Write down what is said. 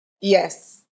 Yes